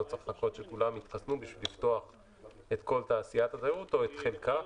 לא צריך לחכות שכולם יתחסנו כדי לפתוח את כל תעשיית התיירות או את חלקה.